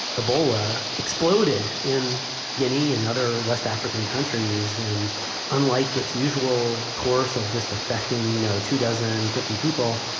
ebola exploded in guinea and other west african countries. and unlike its usual course of just affecting, you know, two dozen, fifty people,